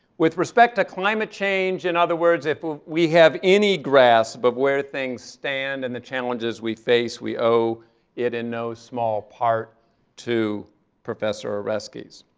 with respect to climate change, in other words, if we have any grasp of where things stand and the challenges we face, we owe it in no small part to professor oreskes.